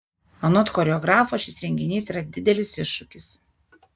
anot choreografo šis renginys yra didelis iššūkis